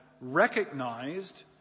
recognized